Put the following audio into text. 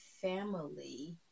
family